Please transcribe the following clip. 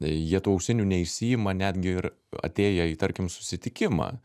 jie tų ausinių neišsiima netgi ir atėję į tarkim susitikimą